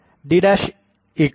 D 10